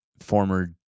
former